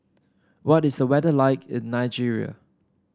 what is the weather like in Nigeria